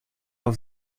auf